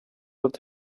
tot